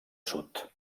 sud